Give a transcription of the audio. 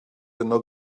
yno